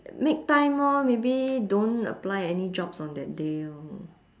make time orh maybe don't apply any jobs on that day orh